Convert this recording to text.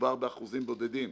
מדובר באחוזים בודדים.